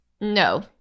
No